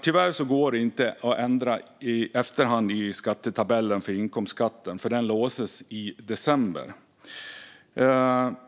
Tyvärr går det inte att i efterhand ändra i skattetabellen för inkomstskatten, för den låses i december.